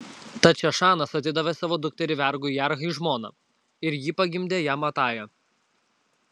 tad šešanas atidavė savo dukterį vergui jarhai žmona ir ji pagimdė jam atają